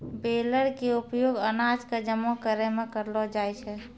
baler के उपयोग अनाज कॅ जमा करै मॅ करलो जाय छै